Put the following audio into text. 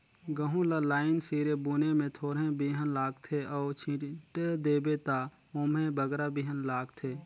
गहूँ ल लाईन सिरे बुने में थोरहें बीहन लागथे अउ छींट देबे ता ओम्हें बगरा बीहन लागथे